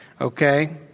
Okay